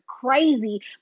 crazy